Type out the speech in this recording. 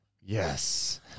Yes